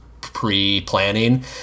pre-planning